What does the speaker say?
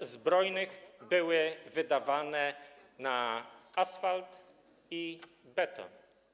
Zbrojnych, były wydawane na asfalt i beton.